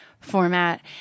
format